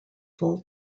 full